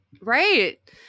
Right